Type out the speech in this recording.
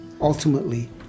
ultimately